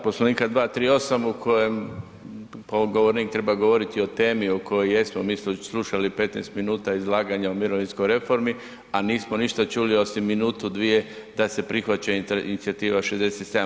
Poslovnika 238. u kojem govornik treba govoriti o temi o kojoj jesmo mi slušali 15 minuta izlaganja o mirovinskoj reformi, a nismo ništa čuli osim minutu, dvije da se prihvaća inicijativa 67.